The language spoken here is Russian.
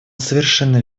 совершенно